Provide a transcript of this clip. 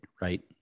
Right